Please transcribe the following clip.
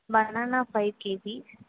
banana five KGs